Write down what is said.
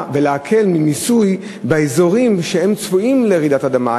ולהקל במיסוי באזורים שצפויים לרעידת אדמה.